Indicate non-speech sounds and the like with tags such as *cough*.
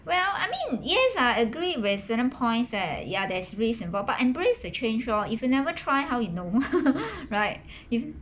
well I mean yes I agreed with certain points eh ya there's risk involved but embrace the change lor if you never try how you know *laughs* right if